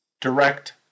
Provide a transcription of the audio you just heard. direct